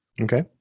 Okay